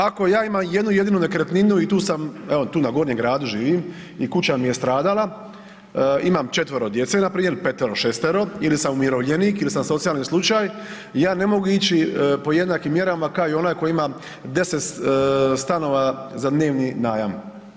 Ako ja imam jednu jedinu nekretninu i tu sam, evo tu na Gornjem gradu živim i kuća mi je stradala, imam četvero djece npr. ili petero, šestero ili sam umirovljenik ili sam socijalni slučaj ja ne mogu ići po jednakim mjerama koji ima deset stanova za dnevni najam.